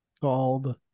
called